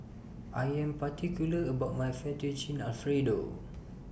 I Am particular about My Fettuccine Alfredo